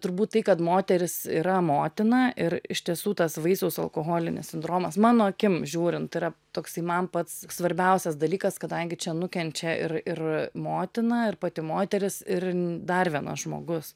turbūt tai kad moteris yra motina ir iš tiesų tas vaisiaus alkoholinis sindromas mano akim žiūrint yra toksai man pats svarbiausias dalykas kadangi čia nukenčia ir ir motina ir pati moteris ir dar vienas žmogus